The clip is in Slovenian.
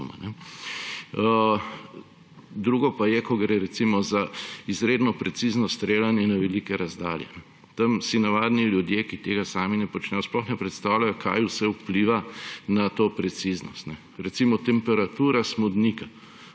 Drugo pa je, ko gre za izredno precizno streljanje na velike razdalje. Tam si navadni ljudje, ki tega sami ne počnejo, sploh ne predstavljajo, kaj vse vpliva na to preciznost. Recimo temperatura smodnika